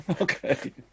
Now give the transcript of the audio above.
okay